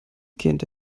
gähnte